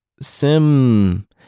Sim